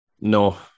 No